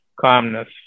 calmness